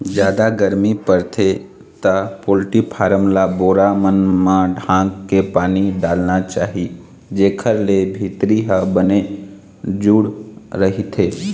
जादा गरमी परथे त पोल्टी फारम ल बोरा मन म ढांक के पानी डालना चाही जेखर ले भीतरी ह बने जूड़ रहिथे